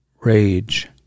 rage